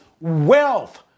wealth